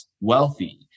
wealthy